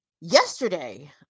Yesterday